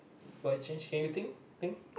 what change can you think think